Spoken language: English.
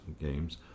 games